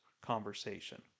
conversation